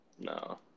No